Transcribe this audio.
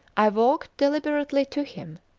i walked deliberately to him,